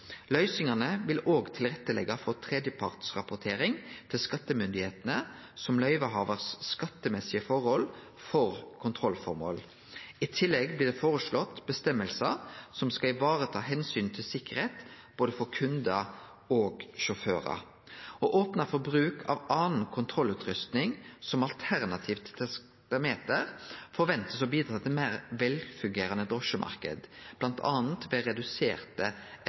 Løysingane vil også leggje til rette for tredjepartsrapportering til skattemyndigheitene, som løyvehavaren sitt skattemessige forhold for kontrollføremål. I tillegg blir det føreslått føresegner som skal vareta omsyn til sikkerheit for både kundar og sjåførar. Å opne for bruk av anna kontrollutrusting som alternativ til taksameter er venta å bidra til ein meir velfungerande drosjemarknad, bl.a. reduserte